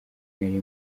nari